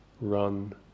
run